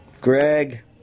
Greg